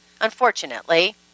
unfortunately